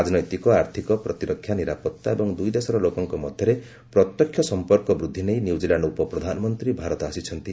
ରାଜନୈତିକ ଆର୍ଥିକ ପ୍ରତିରକ୍ଷା ନିରାପତ୍ତା ଏବଂ ଦୁଇ ଦେଶର ଲୋକଙ୍କ ମଧ୍ୟରେ ପ୍ରତ୍ୟକ୍ଷ ସମ୍ପର୍କ ବୃଦ୍ଧି ନେଇ ନ୍ୟୁଜିଲାଣ୍ଡ ଉପପ୍ରଧାନମନ୍ତ୍ରୀ ଭାରତ ଆସିଛନ୍ତି